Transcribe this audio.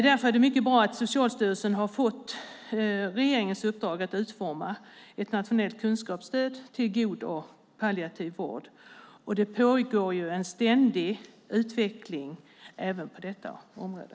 Det är därför mycket bra att Socialstyrelsen har fått regeringens uppdrag att utforma ett nationellt kunskapsstöd till god och palliativ vård. Det pågår en ständig utveckling även på detta område.